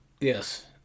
Yes